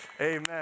Amen